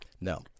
No